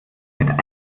mit